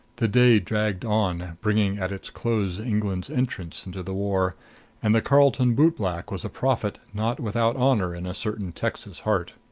the day dragged on, bringing at its close england's entrance into the war and the carlton bootblack was a prophet not without honor in a certain texas heart.